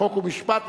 חוק ומשפט,